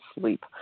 sleep